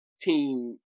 team